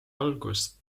algust